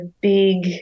big